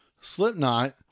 slipknot